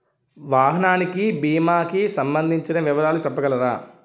వాహనానికి భీమా కి సంబందించిన వివరాలు చెప్పగలరా?